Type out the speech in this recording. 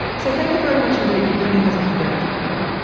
so thank you very much indeed for bringing us up to date. you're welcome.